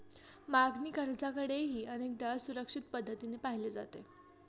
मागणी कर्जाकडेही अनेकदा असुरक्षित पद्धतीने पाहिले जाते